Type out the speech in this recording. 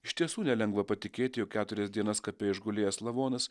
iš tiesų nelengva patikėti jog keturias dienas kape išgulėjęs lavonas